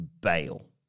bail